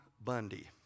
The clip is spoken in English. Bundy